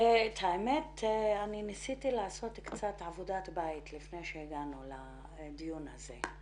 האמת שניסיתי לעשות קצת עבודת בית לפני שהגענו לדיון הזה.